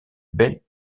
belle